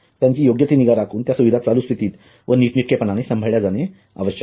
त्यांची योग्य ती निगा राखून त्या सुविधा चालू स्थितीत व नीटनेटके पणाने सांभाळल्या जाणे आवश्यक आहेत